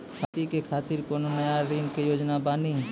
खेती के खातिर कोनो नया ऋण के योजना बानी?